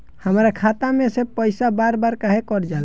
हमरा खाता में से पइसा बार बार काहे कट जाला?